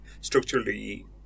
structurally